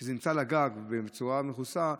כשזה נמצא על הגג בצורה מכוסה,